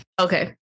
Okay